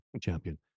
champion